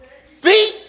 feet